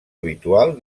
habitual